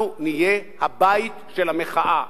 אנחנו נהיה הבית של המחאה.